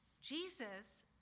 Jesus